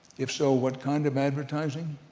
if so, what kind of advertising?